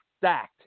stacked